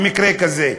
למקרה כזה?